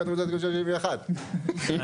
מי